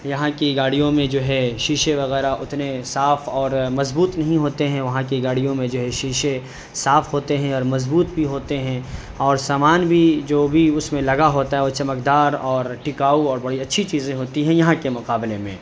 یہاں کی گاڑیوں میں جو ہے شیسے وغیرہ اتنے صاف اور مضبوط نہیں ہوتے ہیں وہاں کی گاڑیوں میں جو ہے شیسے صاف ہوتے ہیں اور مضبوط بھی ہوتے ہیں اور سامان بھی جو بھی اس میں لگا ہوتا ہے وہ چمکدار اور ٹکاؤ اور بڑی اچھی چیزیں ہوتی ہیں یہاں کے مقابلے میں